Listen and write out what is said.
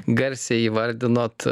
garsiai įvardinot